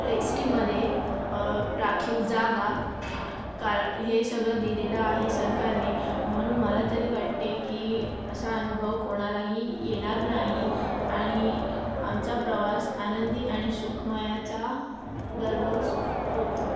S टीमध्ये राखीव जागा का हे सगळं दिलेलं आहे सरकारने म्हणून मला तरी वाटते की असा अनुभव कोणालाही येणार नाही आणि आमचा प्रवास आनंदी आणि सुखमयाचा दररोज होतो